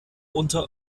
unter